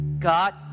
God